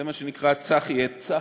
זה מה שנקרא צחי את צחי,